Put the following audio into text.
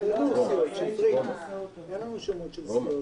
אין לנו שמות של סיעות,